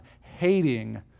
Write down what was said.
hating